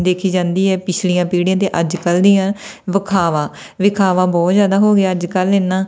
ਦੇਖੀ ਜਾਂਦੀ ਹੈ ਪਿਛਲੀਆਂ ਪੀੜ੍ਹੀਆਂ ਅਤੇ ਅੱਜ ਕੱਲ੍ਹ ਦੀਆਂ ਵਖਾਵਾ ਦਿਖਾਵਾ ਬਹੁਤ ਜ਼ਿਆਦਾ ਹੋ ਗਿਆ ਅੱਜ ਕੱਲ੍ਹ ਇੰਨਾ